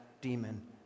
demon